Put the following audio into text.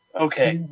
Okay